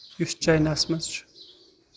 یُس چاینا ہس منٛز چھُ